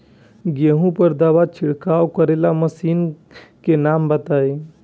गेहूँ पर दवा छिड़काव करेवाला मशीनों के नाम बताई?